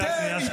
1,700 אנשים.